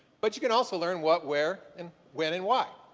but you can also learn what, where, and when and why.